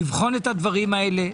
לבחון את הדברים האלה.